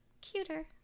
cuter